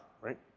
right